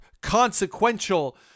consequential